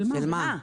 של מה?